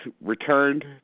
returned